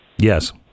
Yes